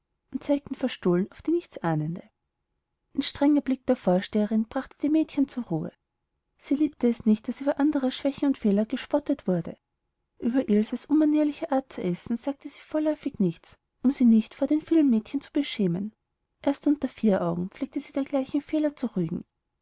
und zeigten verstohlen auf die nichts ahnende ein strenger blick der vorsteherin brachte die mädchen zur ruhe sie liebte es nicht daß über andrer schwächen und fehler gespottet wurde ueber ilses unmanierliche art zu essen sagte sie vorläufig nichts um sie nicht vor den vielen mädchen zu beschämen erst unter vier augen pflegte sie dergleichen fehler zu rügen